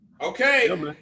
Okay